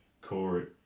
core